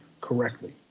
correctly